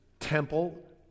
temple